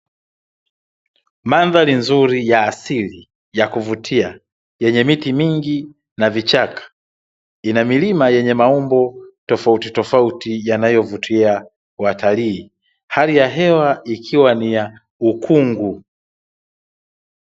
Mandhari nzuri ya asili ya kuvutia yenye miti mingi na vichaka, ina milima yenye maumbo tofautitofauti yanayovutia watalii. Hali ya hewa ikiwa ni ya ukungu.